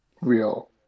real